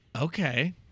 Okay